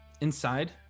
inside